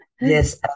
Yes